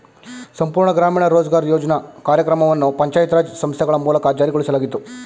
ಸಂಪೂರ್ಣ ಗ್ರಾಮೀಣ ರೋಜ್ಗಾರ್ ಯೋಜ್ನ ಕಾರ್ಯಕ್ರಮವನ್ನು ಪಂಚಾಯತ್ ರಾಜ್ ಸಂಸ್ಥೆಗಳ ಮೂಲಕ ಜಾರಿಗೊಳಿಸಲಾಗಿತ್ತು